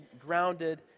grounded